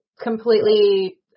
completely